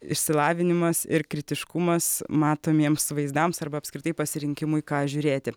išsilavinimas ir kritiškumas matomiems vaizdams arba apskritai pasirinkimui ką žiūrėti